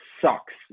sucks